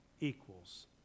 equals